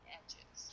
edges